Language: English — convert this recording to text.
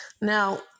Now